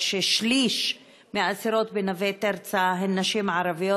ששליש מהאסירות ב"נווה תרצה" הן נשים ערביות.